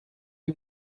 you